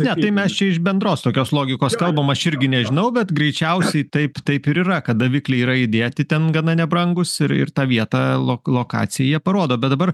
ne tai mes čia iš bendros tokios logikos kalbam aš irgi nežinau bet greičiausiai taip taip ir yra kad davikliai yra įdėti ten gana nebrangūs ir ir tą vietą lok lokaciją jie parodo bet dabar